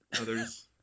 others